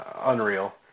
Unreal